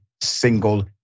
single